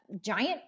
giant